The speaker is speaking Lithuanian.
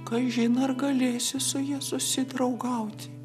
kažin ar galėsiu su ja susidraugauti